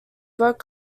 broke